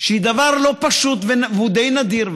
שהיא דבר לא פשוט ודי נדיר.